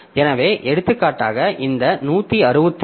எனவே எடுத்துக்காட்டாக இந்த 161